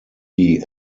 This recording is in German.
die